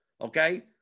okay